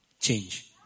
change